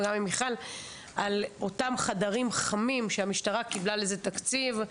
וגם עם מיכל על אותם חדרים חמים שהמשטרה קיבלה לזה תקציב.